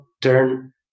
turn